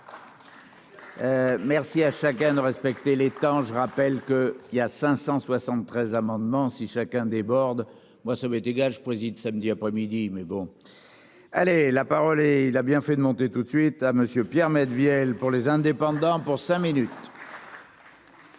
Merci à chacun de respecter les temps je rappelle que. Il y a 573 amendement si chacun déborde, moi ça m'est égal, je préside samedi après-midi mais bon. Allez la parole et il a bien fait de monter toute de suite à monsieur Pierre vielle pour les indépendants pour cinq minutes.